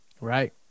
Right